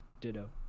ditto